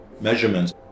measurements